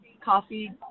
coffee